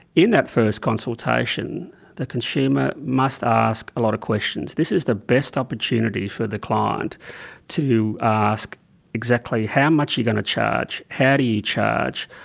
in that first consultation the consumer must ask a lot of questions. this is the best opportunity for the client to ask exactly how much are you going to charge, how do you charge,